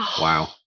Wow